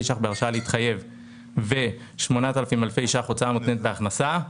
שקלים בהרשאה להתחייב ו-8,000 אלפי שקלים הוצאה מותנית בהכנסה,